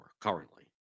currently